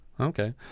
Okay